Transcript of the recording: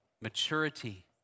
Maturity